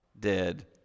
dead